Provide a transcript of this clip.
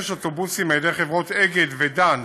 אוטובוסים על-ידי חברות "אגד" ו"דן",